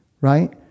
Right